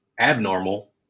abnormal